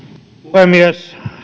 puhemies